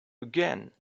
again